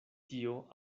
tio